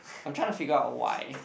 I try to figure out why